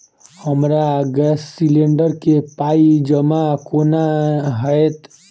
हमरा gas cylinder केँ पाई जमा केना हएत?